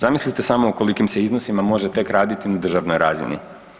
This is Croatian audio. Zamislite samo o kolikim se iznosima može tek raditi na državnoj razini.